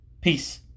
Peace